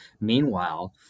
Meanwhile